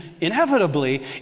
inevitably